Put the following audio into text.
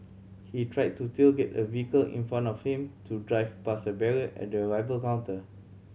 he tried to tailgate a vehicle in front of him to drive past a barrier at the arrival counter